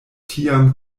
tiam